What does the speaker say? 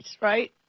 right